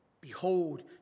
Behold